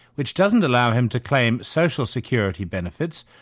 which doesn't allow him to claim social security benefits,